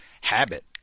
habit